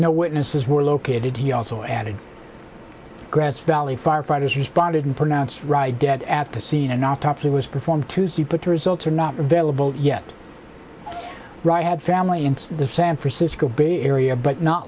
no witnesses were located he also added grass valley firefighters responded and pronounced right dead at the scene an autopsy was performed tuesday put the results are not available yet wright had family in the san francisco bay area but not